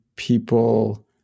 people